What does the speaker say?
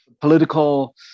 political